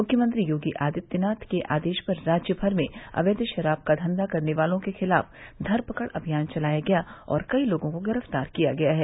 मुख्यमंत्री योगी आदित्यनाथ के आदेश पर राज्य भर में अवैध शराब का धंधा करने वालों के खिलाफ धरपकड़ अभियान चलाया गया और कई लोगों को गिरफ्तार किया गया हैं